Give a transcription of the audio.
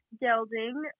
gelding